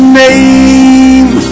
name